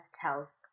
tells